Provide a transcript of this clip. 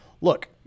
look